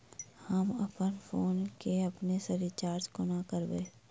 हम अप्पन फोन केँ अपने सँ रिचार्ज कोना करबै?